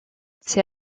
c’est